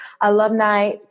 alumni